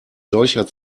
solcher